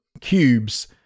cubes